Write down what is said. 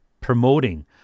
promoting